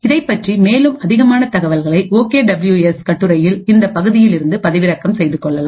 இதைப்பற்றிய மேலும் அதிகமான தகவல்களை ஓகே டபிள்யூ எஸ் கட்டுரையில் இந்த பகுதியில் இருந்து பதிவிறக்கம் செய்து கொள்ளலாம்